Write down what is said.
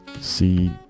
see